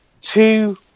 two